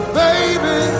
baby